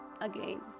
again